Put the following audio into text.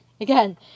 again